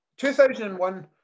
2001